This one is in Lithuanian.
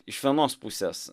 iš vienos pusės